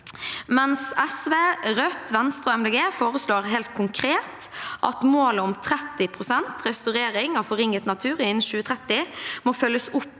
SV, Rødt, Venstre og Miljøpartiet De Grønne foreslår helt konkret at målet om 30 pst. restaurering av forringet natur innen 2030 må følges opp